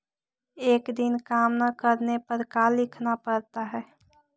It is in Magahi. एक दिन काम न करने पर का लिखना पड़ता है?